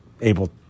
able